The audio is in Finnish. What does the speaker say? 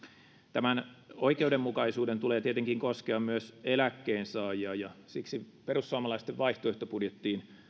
tämän oikeudenmukaisuuden tulee tietenkin koskea myös eläkkeensaajia ja siksi perussuomalaisten vaihtoehtobudjettiin